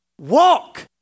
walk